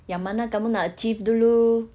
yang mana kamu nak achieve dulu